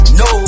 no